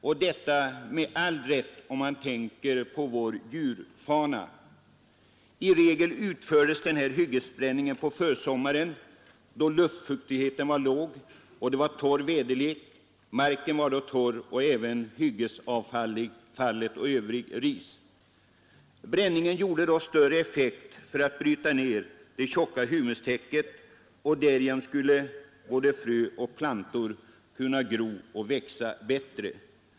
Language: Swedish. Detta skedde med all rätt med tanke på vår fauna. I regel utfördes hyggesbränningen på försommaren då luftfuktigheten var låg — marken var då torr liksom hyggesavfallet och annat ris. Bränningen gjorde då större effekt när det gällde att bryta ned det tjocka humustäcket. Härigenom skulle både frö och plantor kunna gro och växa bättre.